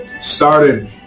started